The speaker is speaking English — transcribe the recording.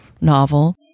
novel